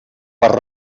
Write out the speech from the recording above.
per